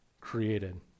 created